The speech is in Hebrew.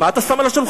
מה אתה שם על השולחן?